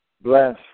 bless